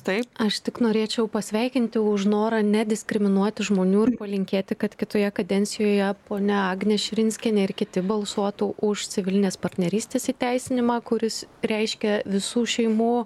taip aš tik norėčiau pasveikinti už norą nediskriminuoti žmonių ir palinkėti kad kitoje kadencijoje ponia agnė širinskienė ir kiti balsuotų už civilinės partnerystės įteisinimą kuris reiškia visų šeimų